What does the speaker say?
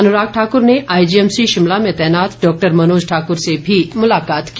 अनुराग ठाक्र ने आईजीएमसी शिमला में तैनात डॉक्टर मनोज ठाक्र से भी मुलाकात की